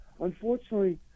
Unfortunately